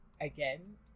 again